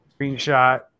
Screenshot